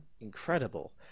incredible